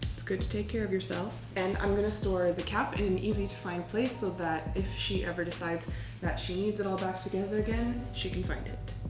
it's good to take care of yourself! and i'm gonna store the cap in an easy to find place so that if she ever decides that she needs it all back together again, she can find it.